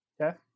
Okay